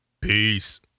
peace